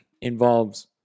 involves